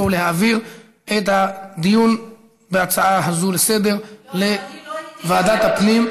להעביר את הדיון בהצעה הזאת לסדר-היום לוועדת הפנים.